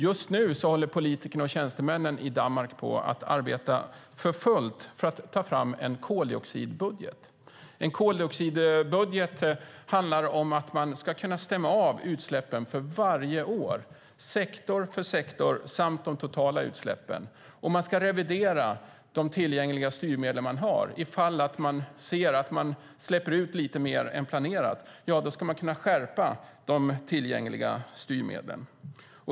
Just nu håller politikerna och tjänstemännen i Danmark på att arbeta för fullt med att ta fram en koldioxidbudget. En koldioxidbudget handlar om att man ska kunna stämma av utsläppen för varje år, sektor för sektor, samt de totala utsläppen. Och man ska revidera de tillgängliga styrmedel man har. Ifall man ser att det släpps ut lite mer än planerat ska man kunna skärpa de tillgängliga styrmedlen.